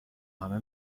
همه